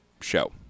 show